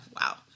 Wow